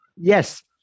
yes